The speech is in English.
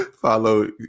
Follow